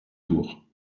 tours